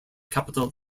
capital